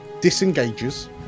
disengages